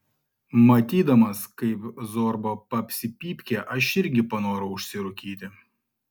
matydamas kaip zorba papsi pypkę aš irgi panorau užsirūkyti